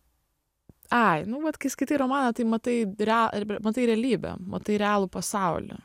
ai nu vat kai skaitai romaną tai matai rea matai realybę matai realų pasaulį